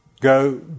go